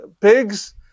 pigs